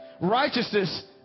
Righteousness